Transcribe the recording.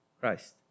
Christ